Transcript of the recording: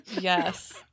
Yes